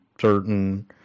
certain